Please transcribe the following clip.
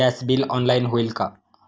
Gas bill online होईल का?